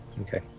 Okay